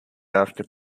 after